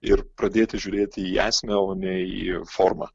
ir pradėti žiūrėti į esmę o ne į formą